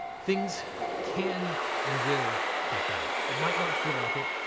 things can and will get better. it might not feel like it,